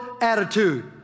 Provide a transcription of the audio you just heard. attitude